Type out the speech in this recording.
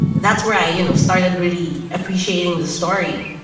that's where i you know started really appreciating the story.